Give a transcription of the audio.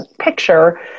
picture